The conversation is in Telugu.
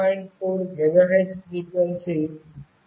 4 GHz ఫ్రీక్వెన్సీ 3